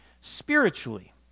spiritually